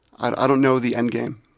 i don't know the end game.